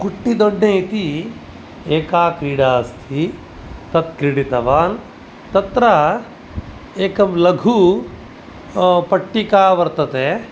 कुट्टीदोड्डे इति एका क्रीडा अस्ति तत् क्रीडितवान् तत्र एकं लघु पट्टिका वर्तते